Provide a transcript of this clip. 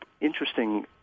interesting